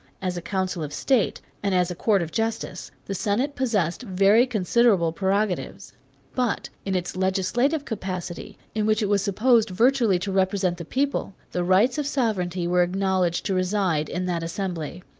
as a council of state, and as a court of justice, the senate possessed very considerable prerogatives but in its legislative capacity, in which it was supposed virtually to represent the people, the rights of sovereignty were acknowledged to reside in that assembly.